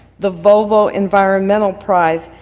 the volvo environmental prize,